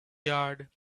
yard